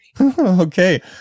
Okay